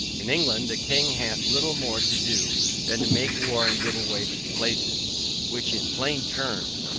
in england a king hath little more to do than to make war and give away places which in plain terms,